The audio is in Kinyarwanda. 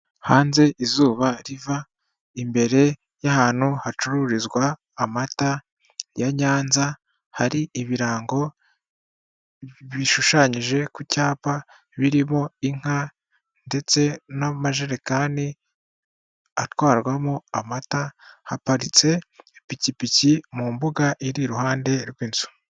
Hanze izuba riva imbere y'ahantu hacururizwa amata ya Nyanza hari ibirango bishushanyije ku cyapa birimo inka ndetse n'amajerekani atwarwamo amata haparitse ipikipiki mu mbuga iri iruhande rw'inzu.